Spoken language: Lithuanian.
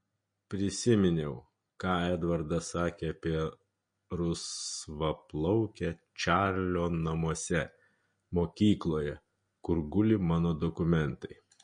prisiminiau ką edvardas sakė apie rusvaplaukę čarlio namuose mokykloje kur guli mano dokumentai